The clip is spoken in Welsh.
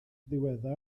ddiweddar